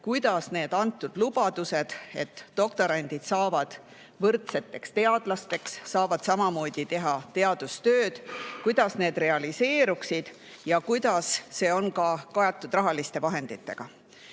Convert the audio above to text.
kuidas need antud lubadused, et doktorandid saavad võrdseteks teadlasteks, saavad samamoodi teha teadustööd, realiseeruksid, ja kuidas see on kaetud rahaliste vahenditega. Nüüd